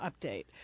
update